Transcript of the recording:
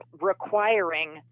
requiring